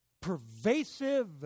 pervasive